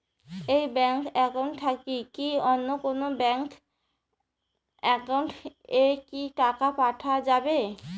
এই bank account থাকি কি অন্য কোনো ব্যাংক একাউন্ট এ কি টাকা পাঠা যাবে?